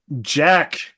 Jack